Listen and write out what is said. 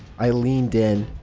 i leaned in.